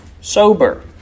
sober